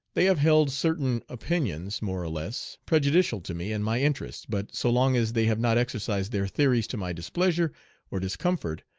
they have held certain opinions more or less prejudicial to me and my interests, but so long as they have not exercised their theories to my displeasure or discomfort,